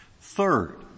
Third-